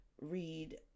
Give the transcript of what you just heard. read